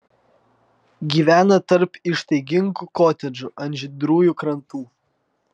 gyvena tarp ištaigingų kotedžų ant žydrųjų krantų